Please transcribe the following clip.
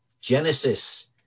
genesis